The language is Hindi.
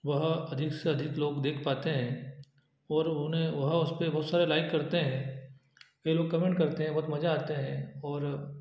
वह अधिक से अधिक लोग देख पाते हैं और उन्हें वह उस पर बहुत सारे लाइक करते हैं वह लोग कमेंट करते हैं बहुत मज़ा आता है और